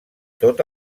tot